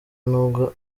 nubwo